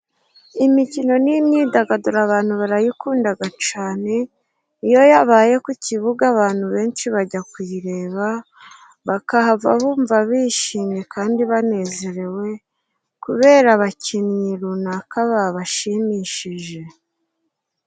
Imikino ni imyidagaduro, abantu barayikundaga cane, iyo yabaye ku kibuga abantu benshi bajya kuyireba, bakahava bumva bishimye kandi banezerewe, kubera abakinnyi runaka babashimishije.